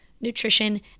nutrition